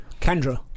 Kendra